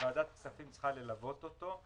וועדת הכספים צריכה ללוות אותו,